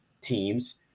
teams